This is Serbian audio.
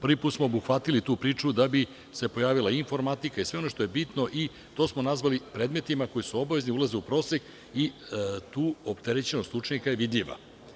Prvi put smo obuhvatili tu priču da bi se pojavila i informatika i sve ono što je bitno i to smo nazvali i predmetima koji su obavezni i ulaze u prosek i tu opterećenost učenika je nevidljiva.